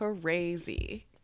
crazy